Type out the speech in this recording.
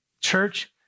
church